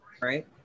Right